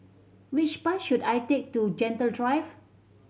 which bus should I take to Gentle Drive